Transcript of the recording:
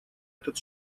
этот